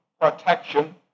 protection